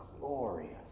glorious